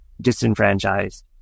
disenfranchised